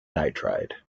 nitride